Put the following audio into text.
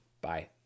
bye